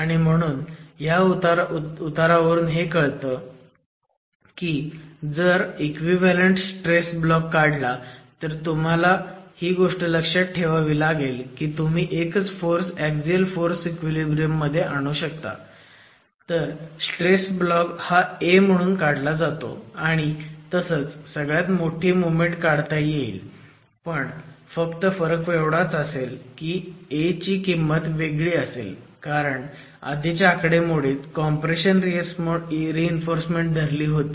आणि म्हणून ह्या उतारावरून हे कळतं की जर इक्विव्हॅलंट स्ट्रेस ब्लॉक काढला तर तुम्हाला ही गोष्ट लक्ष्यात ठेवावी लागेल की तुम्ही एकच फोर्स ऍक्सिअल फोर्स इक्विलिब्रियम मध्ये आणू शकता तर स्ट्रेस ब्लॉक हा a म्हणून काढला जातो आणि तसंच सगळ्यात मोठी मोमेंट काढता येईल पण फक्त फरक एवढाच असेल a ची किंमत वेगळी असेल कारण आधीच्या आकडेमोडीत कॉम्प्रेशन रीइन्फोर्समेंट धरली होती